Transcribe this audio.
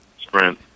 Sprint